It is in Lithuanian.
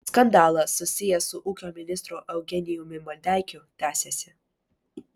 skandalas susijęs su ūkio ministru eugenijumi maldeikiu tęsiasi